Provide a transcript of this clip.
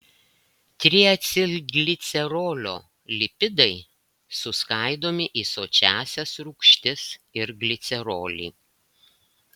triacilglicerolio lipidai suskaidomi į sočiąsias rūgštis ir glicerolį